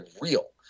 real